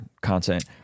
content